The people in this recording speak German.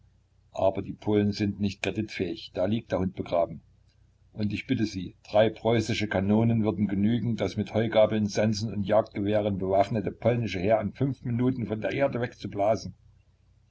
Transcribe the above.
aber die polen sind nicht kreditfähig da liegt der hund begraben und ich bitte sie drei preußische kanonen würden genügen das mit heugabeln sensen und jagdgewehren bewaffnete polnische heer in fünf minuten von der erde wegzublasen